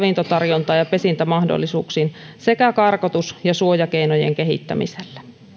ravintotarjontaan ja pesintämahdollisuuksiin sekä karkotus ja suojakeinojen kehittämisellä